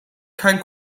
kein